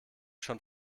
schon